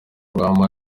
ruhame